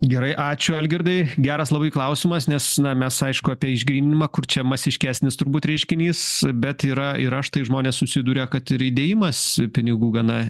gerai ačiū algirdai geras labai klausimas nes na mes aišku apie išgryninimą kur čia masiškesnis turbūt reiškinys bet yra ir aš tai žmonės susiduria kad ir įdėjimas pinigų gana